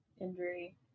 injury